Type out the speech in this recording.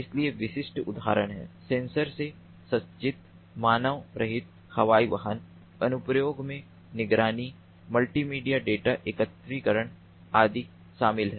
इसलिए विशिष्ट उदाहरण है सेंसर से सज्जित मानव रहित हवाई वाहन अनुप्रयोगों में निगरानी मल्टीमीडिया डेटा एकत्रीकरण आदि शामिल हैं